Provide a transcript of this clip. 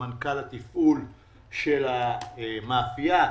לסמנכ"ל התפעול של המאפייה,